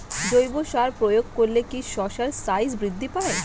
জৈব সার প্রয়োগ করলে কি শশার সাইজ বৃদ্ধি পায়?